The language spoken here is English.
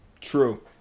True